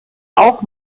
auch